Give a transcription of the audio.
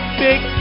big